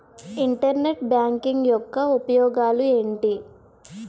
Internet banking యెక్క ఉపయోగాలు ఎంటి?